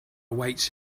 awaits